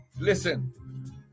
listen